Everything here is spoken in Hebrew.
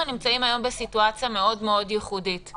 אנחנו נמצאים היום בסיטואציה ייחודית מאוד.